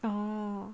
oh